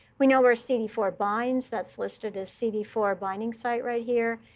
we know where c d four binds. that's listed as c d four binding site right here.